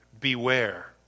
Beware